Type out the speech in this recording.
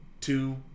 Two